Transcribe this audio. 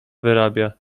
wyrabia